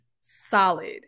solid